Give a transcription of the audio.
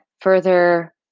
further